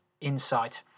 insight